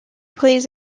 plays